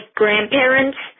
grandparents